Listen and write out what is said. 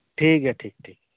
ᱴᱷᱤᱠ ᱜᱮᱭᱟ ᱴᱷᱤᱠ ᱴᱷᱤᱠ